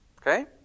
Okay